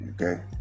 Okay